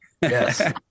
yes